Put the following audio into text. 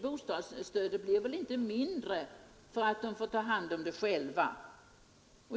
Bostadsstödet blir inte mindre för att de får ta hand om det själva.